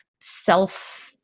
self